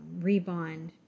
Rebond